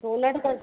donut त